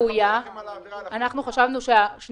היתה עבירה על החוק --- אנחנו חשבנו שהמסמך